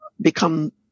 become